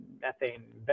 methane